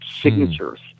signatures